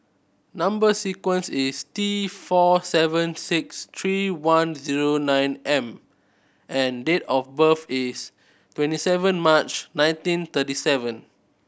number sequence is T four seven six three one zero nine M and date of birth is twenty seven March nineteen thirty seven